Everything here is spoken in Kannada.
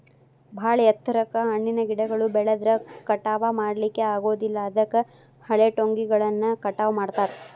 ಬಾಳ ಎತ್ತರಕ್ಕ್ ಹಣ್ಣಿನ ಗಿಡಗಳು ಬೆಳದ್ರ ಕಟಾವಾ ಮಾಡ್ಲಿಕ್ಕೆ ಆಗೋದಿಲ್ಲ ಅದಕ್ಕ ಹಳೆಟೊಂಗಿಗಳನ್ನ ಕಟಾವ್ ಮಾಡ್ತಾರ